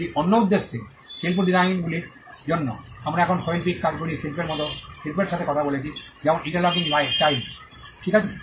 এটি অন্য উদ্দেশ্যে শিল্প ডিসাইনগুলির জন্য আমরা এখন শৈল্পিক কাজগুলি শিল্পের মতো শিল্পের সাথে কথা বলছি যেমন ইন্টারলকিং টাইলস ঠিক আছে